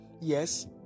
yes